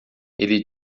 ele